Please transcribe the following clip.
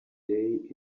day